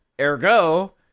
ergo